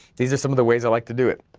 these are some of the ways i like to do it,